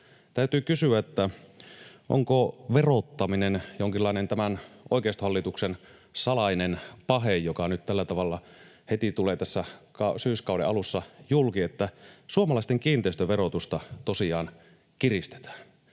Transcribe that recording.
Täytyy kysyä, onko verottaminen jonkinlainen tämän oikeistohallituksen salainen pahe, joka nyt tällä tavalla heti tulee tässä syyskauden alussa julki, kun suomalaisten kiinteistöverotusta tosiaan kiristetään.